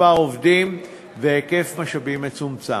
מספר עובדים והיקף משאבים מצומצם,